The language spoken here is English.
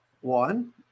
One